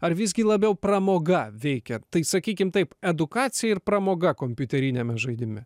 ar visgi labiau pramoga veikia tai sakykim taip edukacija ir pramoga kompiuteriniame žaidime